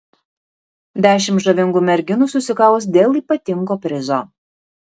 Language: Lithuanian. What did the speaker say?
dešimt žavingų merginų susikaus dėl ypatingo prizo